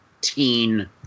teen